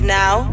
now